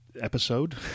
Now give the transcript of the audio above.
episode